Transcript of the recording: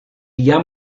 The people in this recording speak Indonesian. dia